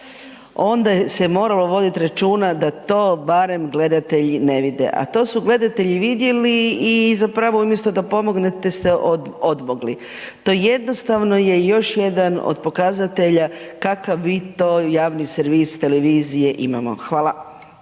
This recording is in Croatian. onda se moralo vodit računa da to barem gledatelji ne vide, a to su gledatelji vidjeli i zapravo umjesto da pomognete ste odmogli, to jednostavno je još jedan od pokazatelja kakav mi to javni servis televizije imamo. Hvala.